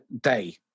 day